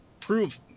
prove